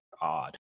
odd